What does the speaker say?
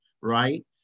right